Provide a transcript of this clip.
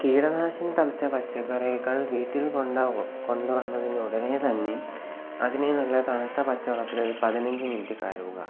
കീടനാശിനി തളിച്ച പച്ചക്കറികൾ വീട്ടിൽ കൊണ്ടു കൊണ്ടു വന്നതിന് ഉടനെ തന്നെ അതിനെ നല്ല തണുത്ത പച്ചവെള്ളത്തിൽ ഒരു പതിനഞ്ച് മിനിറ്റ് കഴുകുക